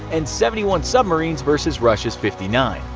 and seventy one submarines versus russia's fifty nine.